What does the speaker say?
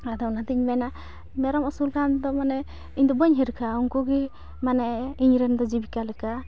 ᱟᱞᱮᱫᱚ ᱚᱱᱟᱛᱮᱧ ᱢᱮᱱᱟ ᱢᱮᱨᱚᱢ ᱟᱹᱥᱩᱞ ᱠᱷᱟᱱᱫᱚ ᱢᱟᱱᱮ ᱤᱧᱫᱚ ᱵᱟᱹᱧ ᱦᱤᱨᱠᱷᱟᱹᱼᱟ ᱩᱱᱠᱩᱜᱤ ᱢᱟᱱᱮ ᱤᱧᱨᱮᱱᱫᱚ ᱡᱤᱵᱤᱠᱟ ᱞᱮᱠᱟ